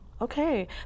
okay